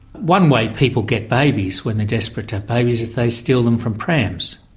one way people get babies when they're desperate to have babies is they steal them from prams.